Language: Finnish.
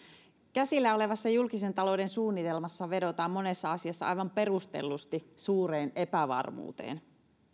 käsillä olevassa julkisen talouden suunnitelmassa vedotaan monessa asiassa aivan perustellusti suureen epävarmuuteen